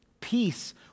peace